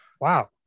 Wow